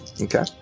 Okay